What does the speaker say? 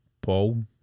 Paul